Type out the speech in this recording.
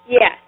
Yes